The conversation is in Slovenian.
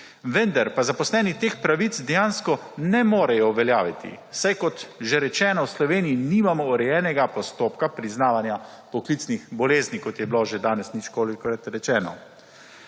vendar pa zaposleni teh pravic dejansko ne morejo uveljaviti, saj v Sloveniji nimamo urejena postopka priznavanja poklicnih bolezni, kot je bilo danes že ničkolikokrat rečeno.